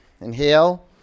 Inhale